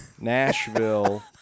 Nashville